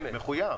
מחויב.